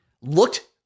looked